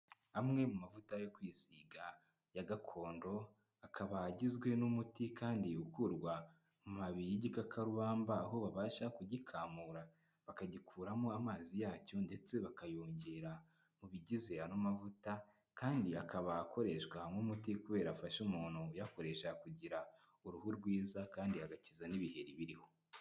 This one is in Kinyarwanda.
Amwe mu mavuta yo kwisiga ya gakondo, akaba agizwe n'umuti kandi ukurwa mu mamabi y'igikakarubamba, aho babasha kugikamura, bakagikuramo amazi yacyo ndetse bakayongera, mu bigize ano mavuta kandi akaba akoreshwa nk'umuti, kubera afashe umuntu uyakoresha kugira, uruhu rwiza kandi agakiza n'ibihe biriho.